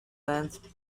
tenth